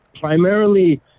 Primarily